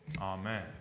Amen